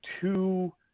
two